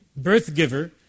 Birthgiver